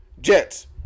Jets